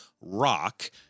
rock